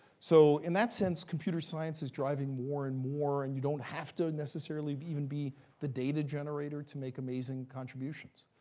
so in that sense, computer science is driving more and more, and you don't have to necessarily even be the data generator to make amazing contributions.